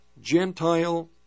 Gentile